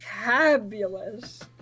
fabulous